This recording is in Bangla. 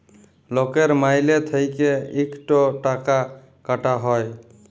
লকের মাইলে থ্যাইকে ইকট টাকা কাটা হ্যয়